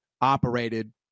operated